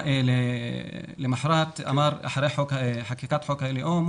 למוחרת אחרי חקיקת חוק הלאום,